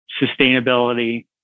sustainability